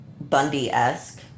Bundy-esque